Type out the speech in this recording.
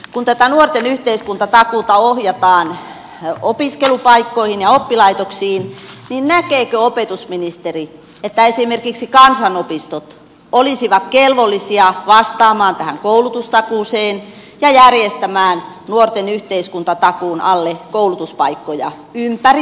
kun tätä nuorten yhteiskuntatakuuta ohjataan opiskelupaikkoihin ja oppilaitoksiin niin näkeekö opetusministeri että esimerkiksi kansanopistot olisivat kelvollisia vastaamaan tähän koulutustakuuseen ja järjestämään nuorten yhteiskuntatakuun alle koulutuspaikkoja ympäri suomea